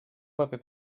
paper